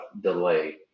delay